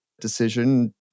decision